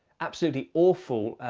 absolutely awful,